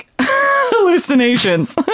hallucinations